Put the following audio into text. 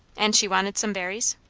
and she wanted some berries?